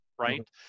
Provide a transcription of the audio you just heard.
right